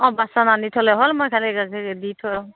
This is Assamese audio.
অঁ বাচন আনি থ'লেই হ'ল মই খালি তাতে দি থৈ